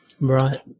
Right